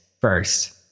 first